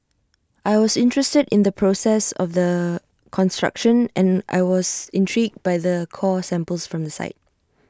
I was interested in the process of the construction and I was intrigued by the core samples from the site